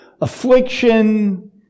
affliction